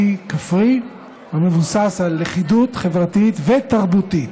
כפרי המבוסס על לכידות חברתית ותרבותית.